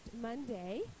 Monday